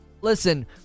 Listen